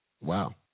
Wow